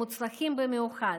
מוצלחים במיוחד.